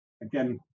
again